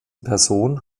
person